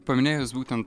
paminėjus būtent